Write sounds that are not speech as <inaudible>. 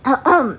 <coughs>